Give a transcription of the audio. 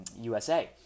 USA